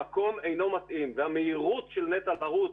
המקום אינו מתאים והמהירות של נת"ע לרוץ,